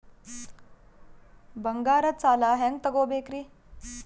ಬಂಗಾರದ್ ಸಾಲ ಹೆಂಗ್ ತಗೊಬೇಕ್ರಿ?